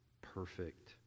perfect